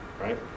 right